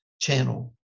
channel